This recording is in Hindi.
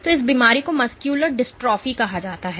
तो इस बीमारी को मस्कुलर डिस्ट्रॉफी कहा जाता है